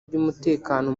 by’umutekano